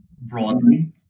broadly